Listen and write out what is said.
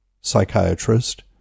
psychiatrist